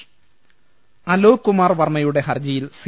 M Alok Kumar വർമ്മയുടെ ഹർജിയിൽ C